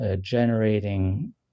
Generating